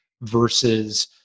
versus